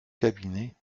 cabinet